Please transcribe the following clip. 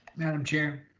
madam chair.